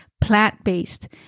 plant-based